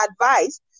advice